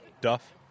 Duff